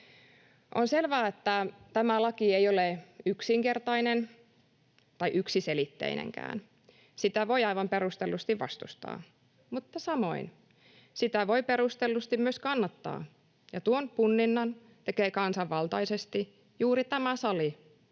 On selvää, että tämä laki ei ole yksinkertainen tai yksiselitteinenkään. Sitä voi aivan perustellusti vastustaa, mutta samoin sitä voi perustellusti myös kannattaa, ja tuon punninnan tekee kansanvaltaisesti juuri tämä sali,